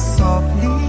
softly